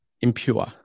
impure